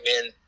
men